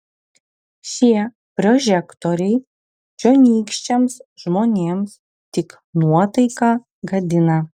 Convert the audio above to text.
šie prožektoriai čionykščiams žmonėms tik nuotaiką gadina